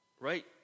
Right